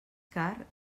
car